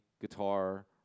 guitar